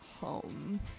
Home